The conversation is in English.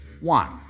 One